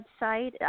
website